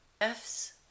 F's